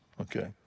okay